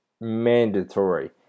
Mandatory